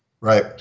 Right